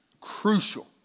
crucial